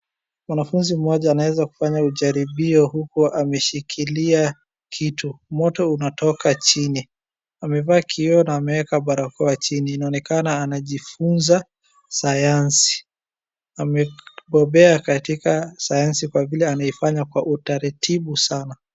Mwanafunzi mmoja anaeza kufanya ujaribio huku ameshikilia kitu. Moto unatoka chini. Amevaa kioo na ameeka barakoa chini. Inaonekana anajifunza sayansi. Amebobea katika sayansi kwa vile anaifanya kwa utaratibu sana.